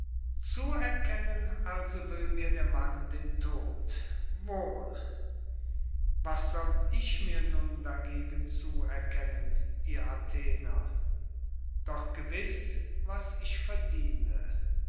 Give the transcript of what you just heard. zuerkennen also will mir der mann den tod wohl was soll ich mir nun dagegen zuerkennen ihr athener doch gewiß was ich verdiene